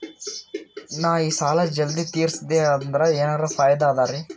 ನಾ ಈ ಸಾಲಾ ಜಲ್ದಿ ತಿರಸ್ದೆ ಅಂದ್ರ ಎನರ ಫಾಯಿದಾ ಅದರಿ?